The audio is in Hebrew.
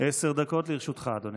עשר דקות לרשותך, אדוני.